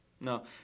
No